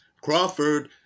Crawford